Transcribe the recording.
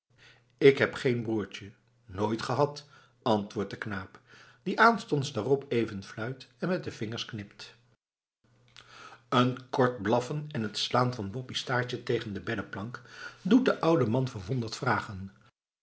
k heb geen broertje nooit gehad antwoordt de knaap die aanstonds daarop even fluit en met de vingers knipt een kort blaffen en t slaan van boppie's staartje tegen de beddeplank doet den ouden man verwonderd vragen